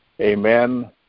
amen